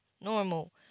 Normal